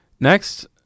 next